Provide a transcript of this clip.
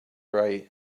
right